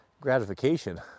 gratification